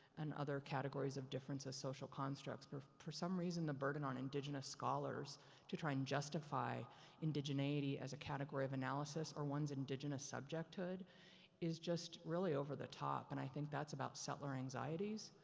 and other categories of difference as social constructs. but for some reason the burden on indigenous scholars to try and justify indigeneity as a category of analysis or one's indigenous subjecthood is just really over the top. and i think that's about settlor anxieties.